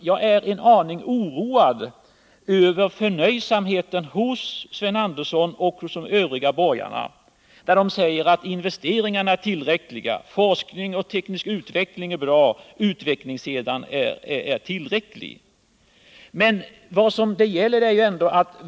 Jag är en aning oroad över förnöjsamheten hos Sven Andersson och övriga borgerliga företrädare när de säger att investeringarna är tillräckliga, att utvecklingen när det gäller forskning och teknik är bra och att utvecklingssidan är tillräckligt tillgodosedd.